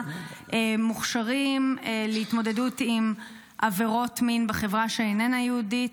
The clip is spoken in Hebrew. מוכשרים להתמודדות עם עבירות מין בחברה שאיננה יהודית?